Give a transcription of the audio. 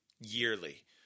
yearly